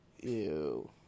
ew